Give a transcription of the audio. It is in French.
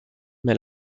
mais